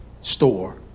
store